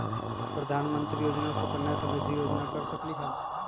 प्रधानमंत्री योजना सुकन्या समृद्धि योजना कर सकलीहल?